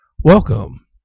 Welcome